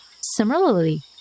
similarly